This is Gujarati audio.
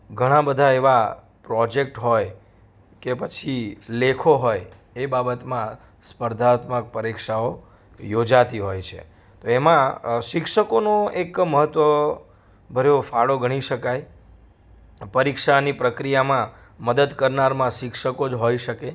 ઘણા બધા એવા પ્રોજેક્ટ હોય કે પછી લેખો હોય એ બાબતમાં સ્પર્ધાત્મક પરીક્ષાઓ યોજાતી હોય છે તો એમાં શિક્ષકોનું એક મહત્ત્વભર્યો ફાળો ગણી શકાય પરીક્ષાની પ્રક્રિયામાં મદદ કરનારમાં શિક્ષકો જ હોઈ શકે